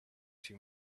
too